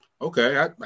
okay